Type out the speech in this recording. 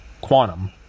quantum